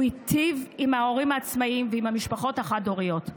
הוא ייטיב עם ההורים העצמאיים ועם המשפחות החד-הוריות.